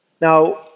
Now